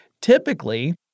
Typically